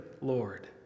Lord